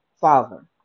father